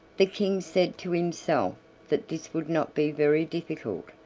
the king said to himself that this would not be very difficult,